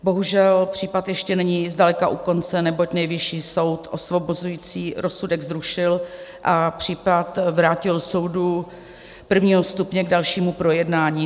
Bohužel případ ještě není zdaleka u konce, neboť Nejvyšší soud osvobozující rozsudek zrušil a případ vrátil soudu prvního stupně k dalšímu projednání.